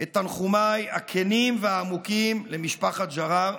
את תנחומיי הכנים והעמוקים למשפחת ג'ראר.